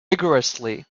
rigourously